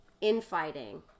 infighting